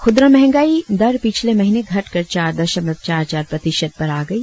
खूदरा मंहगाई दर पिछले महीने घटकर चार दशमलव चार चार प्रतिशत पर आ गई